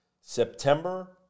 September